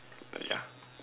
err yeah